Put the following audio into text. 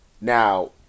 now